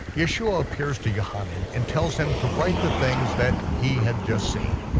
yeshua appears to yochanan and tells him to write the things that he had just seen.